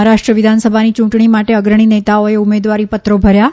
મહારાષ્ટ્ર વિધાનસભાની યૂંટણી માટે અગ્રણી નેતાઓએ ઉમેદવારીપત્રો ભર્યાં